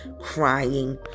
crying